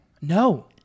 no